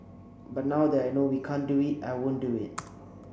but now that I know we can't do it I won't do it